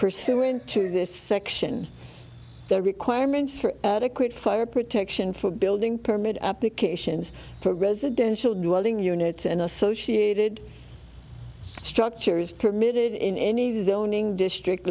pursuant to this section their requirements for adequate fire protection for building permit applications for residential dwelling units and associated structures permitted in any zoning district